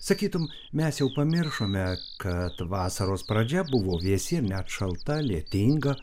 sakytum mes jau pamiršome kad vasaros pradžia buvo vėsi ir net šalta lietinga